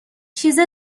چیز